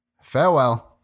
Farewell